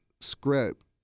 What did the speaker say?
script